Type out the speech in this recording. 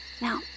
Now